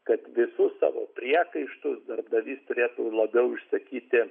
kad visus savo priekaištus darbdavys turėtų labiau išsakyti